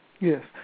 Yes